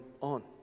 on